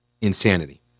Insanity